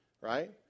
Right